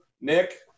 Nick